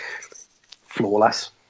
flawless